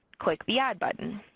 click the add button.